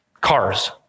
cars